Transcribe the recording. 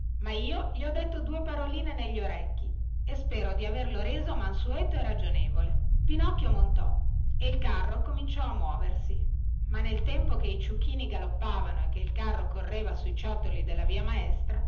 ma io gli ho detto due paroline negli orecchi e spero di averlo reso mansueto e ragionevole pinocchio montò e il carro cominciò a muoversi ma nel tempo che i ciuchini galoppavano e che il carro correva sui ciotoli della via maestra